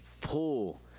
pull